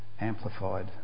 amplified